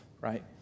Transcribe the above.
right